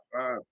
five